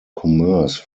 commerce